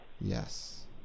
yes